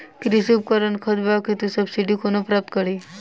कृषि उपकरण खरीदबाक हेतु सब्सिडी कोना प्राप्त कड़ी?